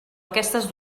aquestes